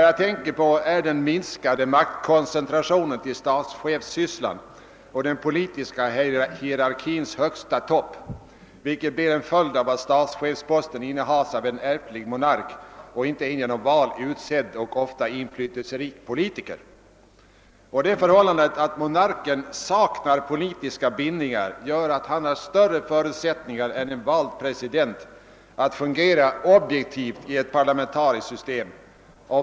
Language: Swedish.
Jag tänker på den minskade maktkoncentrationen till statschefssysslan och den politiska hierarkins högsta topp, vilket blir en följd av att statschefsposten innehas av en ärftlig monark och inte av en genom val utsedd och ofta inflytelserik politiker. Det förhållandet att monarken saknar politiska bindningar gör att han har större förutsättningar än en vald president att fungera objektivt i ett parlamentariskt system.